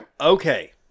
Okay